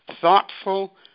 thoughtful